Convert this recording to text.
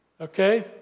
okay